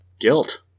Guilt